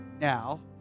now